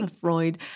Freud